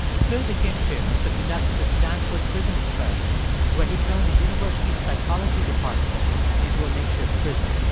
phil became famous for conducting the stanford prison experiment where he turned the university's psychology department into a makeshift prison.